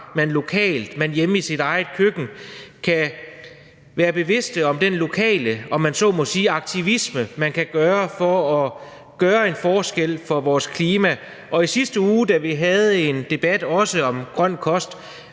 lokalt, hjemme i sit eget køkken kan være bevidst om den lokale, om man så må sige, aktivisme, man kan have for at gøre en forskel for vores klima. Og i sidste uge, da vi også havde en debat om grøn kost,